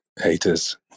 haters